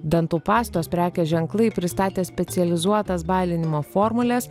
dantų pastos prekės ženklai pristatė specializuotas balinimo formules